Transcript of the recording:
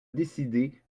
décidé